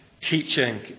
teaching